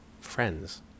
Friends